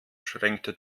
schränkte